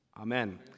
Amen